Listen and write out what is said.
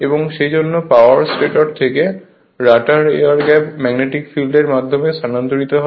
এবং সেইজন্য power stator থেকে রটারে এয়ার গ্যাপ ম্যাগনেটিক ফিল্ডের মাধ্যমে স্থানান্তরিত হয়